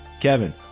Kevin